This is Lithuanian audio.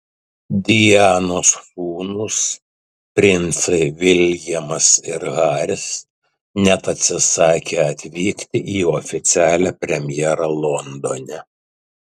dianos sūnūs princai viljamas ir haris net atsisakė atvykti į oficialią premjerą londone